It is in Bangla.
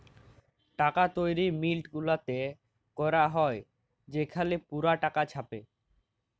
টাকা তৈরি মিল্ট গুলাতে ক্যরা হ্যয় সেখালে পুরা টাকা ছাপে